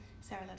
Sarah